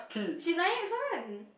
she nice one